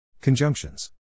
Conjunctions